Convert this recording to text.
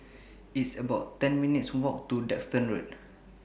It's about ten minutes' Walk to Duxton Road